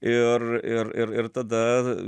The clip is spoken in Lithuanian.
ir ir ir ir tada